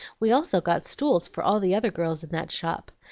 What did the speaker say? we also got stools, for all the other girls in that shop.